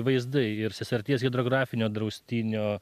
vaizdai ir siesarties hidrografinio draustinio